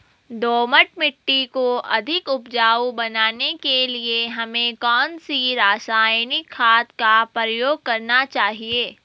दोमट मिट्टी को अधिक उपजाऊ बनाने के लिए हमें कौन सी रासायनिक खाद का प्रयोग करना चाहिए?